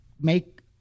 make